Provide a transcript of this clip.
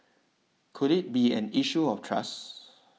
could it be an issue of trust